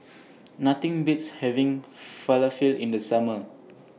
Nothing Beats having Falafel in The Summer